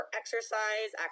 exercise